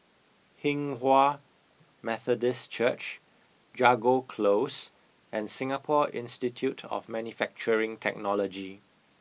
Hinghwa Methodist Church Jago Close and Singapore Institute of Manufacturing Technology